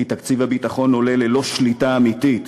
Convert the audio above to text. כי תקציב הביטחון עולה ללא שליטה אמיתית,